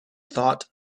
thought